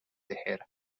tejer